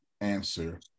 answer